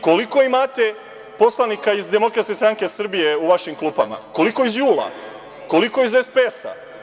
Koliko imate poslanika iz Demokratske stranke Srbije u vašim klupama, koliko iz JUL-a, koliko iz SPS-a?